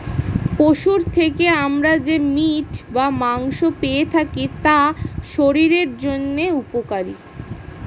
পশুর থেকে আমরা যে মিট বা মাংস পেয়ে থাকি তা শরীরের জন্য উপকারী